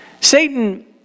Satan